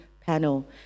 panel